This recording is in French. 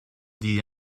d’y